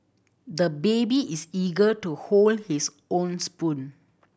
the baby is eager to hold his own spoon